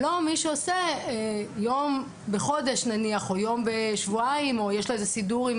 ולא מי שעושה יום בחודש או יום בשבועיים ויש לו סידור עם